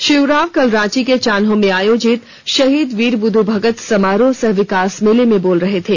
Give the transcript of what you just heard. श्री उरांव कल रांची के चान्हो में आयोजित शहीद वीर बुद्धू भगत समारोह सह विकास मेले में बोल रहे थे